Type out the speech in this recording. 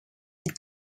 had